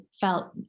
felt